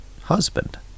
husband